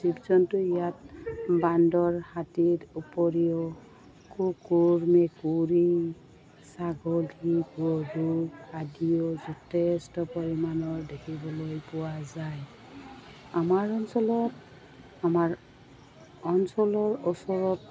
জীৱ জন্তু ইয়াত বান্দৰ হাতীৰ উপৰিও কুকুৰ মেকুৰী ছাগলী গৰু আদিও যথেষ্ট পৰিমাণৰ দেখিবলৈ পোৱা যায় আমাৰ অঞ্চলত আমাৰ অঞ্চলৰ ওচৰত